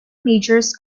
majors